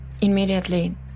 immediately